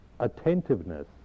attentiveness